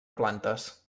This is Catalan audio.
plantes